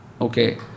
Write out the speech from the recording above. Okay